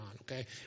okay